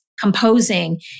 composing